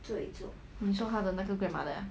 你说他的那个 grandmother ah